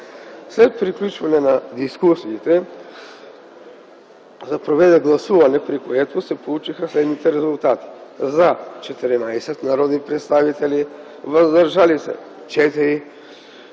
След приключване на дискусиите се проведе гласуване, при което се получиха следните резултати: „за” – 14 народни представители, „въздържали се”